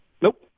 Nope